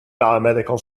biomedical